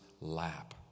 lap